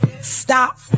stop